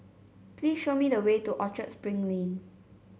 please show me the way to Orchard Spring Lane